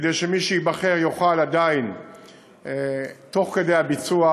כדי שמי שייבחר יוכל עדיין תוך כדי הביצוע,